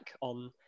on